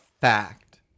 fact